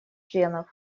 членов